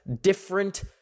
different